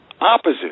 opposite